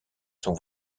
son